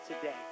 today